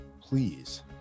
Please